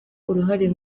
uruhare